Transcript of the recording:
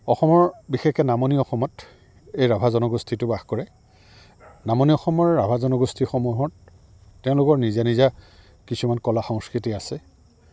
অসমৰ বিশেষকে নামনি অসমত এই ৰাভা জনগোষ্ঠীটো বাস কৰে নামনি অসমৰ ৰাভা জনগোষ্ঠীসমূহত তেওঁলোকৰ নিজা নিজা কিছুমান কলা সংস্কৃতি আছে